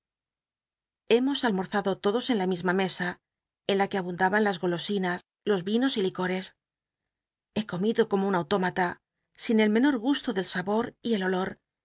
hemos almorzado todos en la misma mesa en la que abundaban las golosinas jos vinos y licores he comido como un autómata sin el menor gusto del sabor y el olor